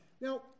Now